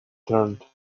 turned